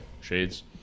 Shades